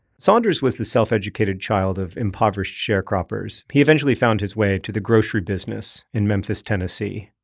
saunders was the self-educated child of impoverished sharecroppers. he eventually found his way to the grocery business in memphis, tennessee.